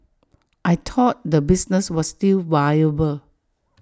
I thought the business was still viable